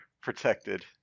protected